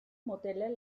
modelle